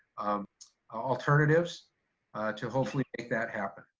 um alternatives to hopefully make that happen.